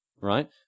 right